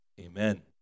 Amen